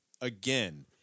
again